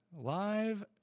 Live